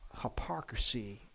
hypocrisy